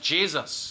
Jesus